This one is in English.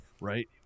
right